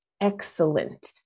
excellent